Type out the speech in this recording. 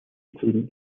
include